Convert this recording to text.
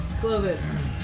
Clovis